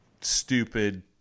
stupid